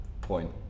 point